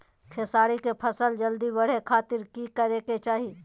खेसारी के फसल जल्दी बड़े के खातिर की करे के चाही?